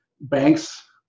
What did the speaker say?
banks